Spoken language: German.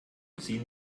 ziehen